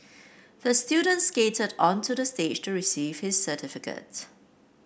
the student skated onto the stage to receive his certificate